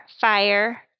fire